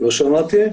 לא שמעתי.